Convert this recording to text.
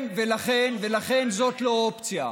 ולכן, ולכן, ולכן זאת לא אופציה.